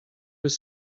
was